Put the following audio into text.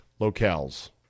locales